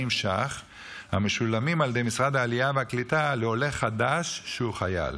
שקלים המשולמים על ידי משרד העלייה והקליטה לעולה חדש שהוא חייל